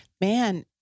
man